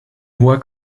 hoher